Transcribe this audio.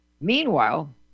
Meanwhile